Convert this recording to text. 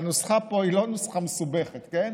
והנוסחה פה היא לא נוסחה מסובכת, כן?